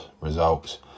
results